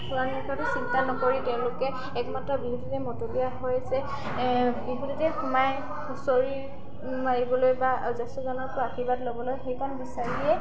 খোৱা নোখোৱাটো চিন্তা নকৰি তেওঁলোকে একমাত্ৰ বিহুটোতে মতলীয়া হয় যে বিহুটোতে সোমাই হুঁচৰি মাৰিবলৈ বা জ্যেষ্ঠজনকো আশীৰ্বাদ ল'বলৈ সেইকণ বিচাৰিয়ে